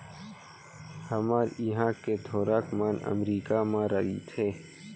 हमर इहॉं के थोरक मन अमरीका म रइथें